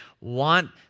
want